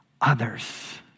others